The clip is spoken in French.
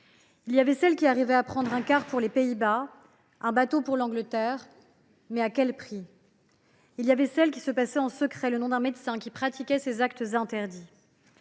Il y avait celles qui arrivaient à prendre un car pour les Pays Bas ou un bateau pour l’Angleterre, mais à quel prix ? Il y avait celles qui se passaient en secret le nom d’un médecin qui pratiquait ces actes interdits.